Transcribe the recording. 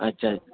اچھا اچھ